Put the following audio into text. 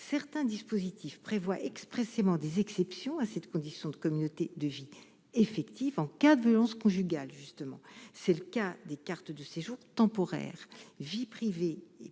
certains dispositifs prévoit expressément des exceptions à cette condition de communauté de vie effectifs en cave, on se conjugale, justement, c'est le cas des cartes de séjour temporaires, vie privée et